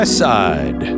side